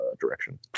direction